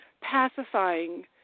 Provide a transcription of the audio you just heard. pacifying